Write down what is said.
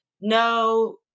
no